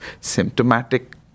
symptomatic